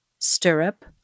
stirrup